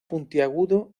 puntiagudo